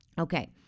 Okay